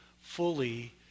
fully